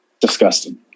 Disgusting